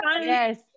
Yes